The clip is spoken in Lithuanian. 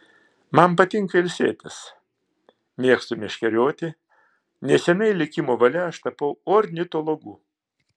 man patinka ilsėtis mėgstu meškerioti neseniai likimo valia aš tapau ornitologu